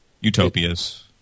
Utopias